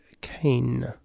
Kane